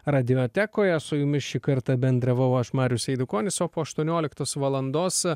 radiotekoje su jumis šį kartą bendravau aš marius eidukonis o po aštuonioliktos valandos